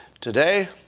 Today